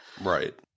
Right